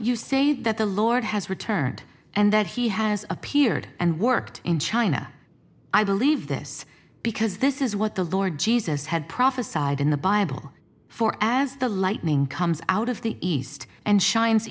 you say that the lord has returned and that he has appeared and worked in china i believe this because this is what the lord jesus had prophesied in the bible for as the lightning comes out of the east and shines